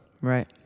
Right